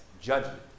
judgment